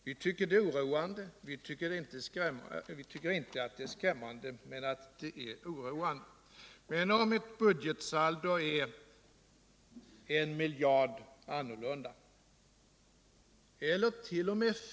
Vi tycker också det är oroande, men vi tycker inte att det är skrämmande. Om ett budgetsaldo är I miljard annorlunda ellert.o.m.